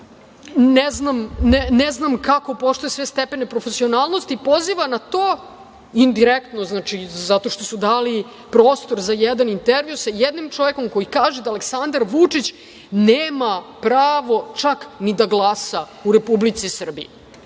ne znam kako, poštuje sve stepene profesionalnosti, poziva na to, indirektno, zato što su dali prostor za jedan intervju sa jednim čovekom koji kaže da Aleksandar Vučić nema pravo čak ni da glasa u Republici Srbiji.